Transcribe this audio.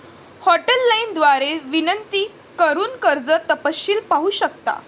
hotline द्वारे विनंती करून कर्ज तपशील पाहू शकता